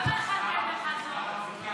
למה אחד כן ואחד לא?